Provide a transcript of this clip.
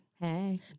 Hey